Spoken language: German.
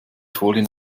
folien